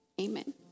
Amen